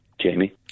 Jamie